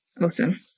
Awesome